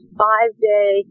five-day